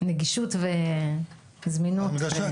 נגישות וזמינות.